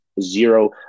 zero